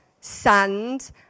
sand